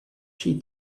she